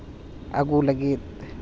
ᱟᱹᱜᱩ ᱞᱟᱹᱜᱤᱫ